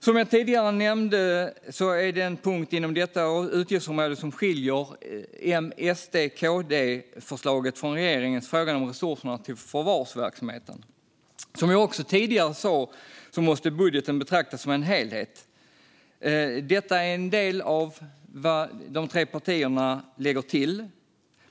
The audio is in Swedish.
Som jag tidigare nämnde är frågan om resurserna till förvarsverksamheten den punkt inom detta utgiftsområde som skiljer M-SD-KD förslaget från regeringens. Som jag också tidigare sa måste budgeten betraktas som en helhet. Detta är en del av vad de tre partierna lägger till.